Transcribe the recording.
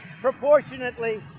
proportionately